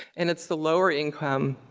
and it's the lower income,